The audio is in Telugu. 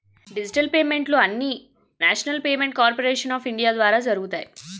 డిజిటల్ పేమెంట్లు అన్నీనేషనల్ పేమెంట్ కార్పోరేషను ఆఫ్ ఇండియా ద్వారా జరుగుతాయి